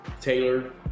Taylor